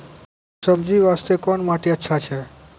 सब्जी बास्ते कोन माटी अचछा छै?